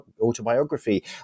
autobiography